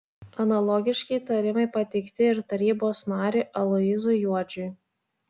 analogiški įtarimai pateikti ir tarybos nariui aloyzui juodžiui